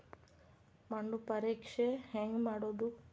ಮಣ್ಣು ಪರೇಕ್ಷೆ ಹೆಂಗ್ ಮಾಡೋದು?